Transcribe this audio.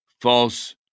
false